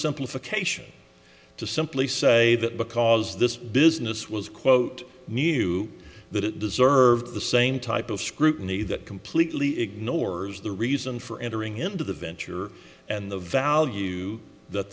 oversimplification to simply say that because this business was quote new that it deserved the same type of scrutiny that completely ignores the reason for entering into the venture and the value that